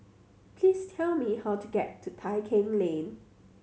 please tell me how to get to Tai Keng Lane